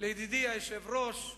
לידידי היושב-ראש,